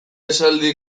esaldi